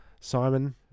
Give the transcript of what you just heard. Simon